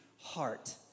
heart